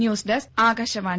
news desk Akashvani